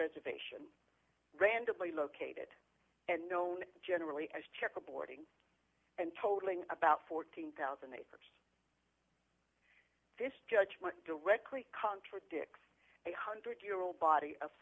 reservation randomly located and known generally as chapel boarding and totalling about fourteen thousand acres this judgment directly contradicts a one hundred year old body of